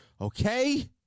okay